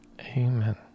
Amen